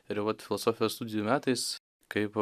ir vat filosofijos studijų metais kaip